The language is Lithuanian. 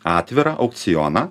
atvirą aukcioną